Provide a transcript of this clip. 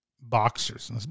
boxers